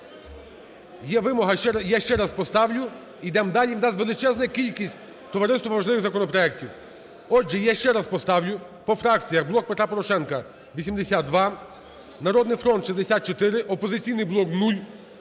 Є вимога, я ще раз поставлю, ідемо далі. У нас величезна кількість, товариство, важливих законопроектів. Отже, я ще раз поставлю. По фракціях. "Блок Петра Порошенка" – 82, "Народний фронт" – 64, "Опозиційний блок" –